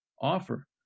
offer